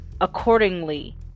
accordingly